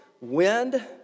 wind